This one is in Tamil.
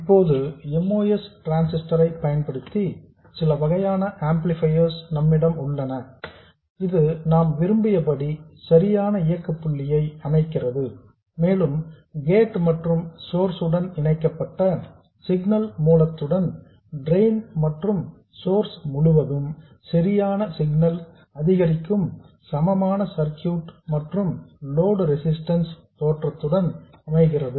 இப்போது MOS டிரான்ஸிஸ்டர் ஐ பயன்படுத்தி சில வகையான ஆம்ப்ளிபையர்ஸ் நம்மிடம் உள்ளன இது நாம் விரும்பியபடி சரியான இயக்க புள்ளியை அமைக்கிறது மேலும் கேட் மற்றும் சோர்ஸ் உடன் இணைக்கப்பட்ட சிக்னல் மூலத்துடன் டிரெயின் மற்றும் சோர்ஸ் முழுவதும் சரியான சிக்னல் அதிகரிக்கும் சமமான சர்க்யூட் மற்றும் லோடு ரெசிஸ்டன்ஸ் தோற்றத்துடன் அமைகிறது